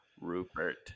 Rupert